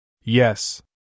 Yes